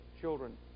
children